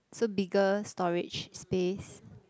so bigger storage space